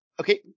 Okay